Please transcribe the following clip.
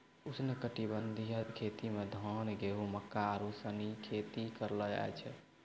उष्णकटिबंधीय खेती मे धान, गेहूं, मक्का आरु सनी खेती करलो जाय छै